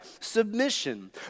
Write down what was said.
submission